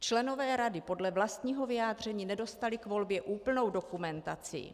Členové rady podle vlastního vyjádření nedostali k volbě úplnou dokumentaci.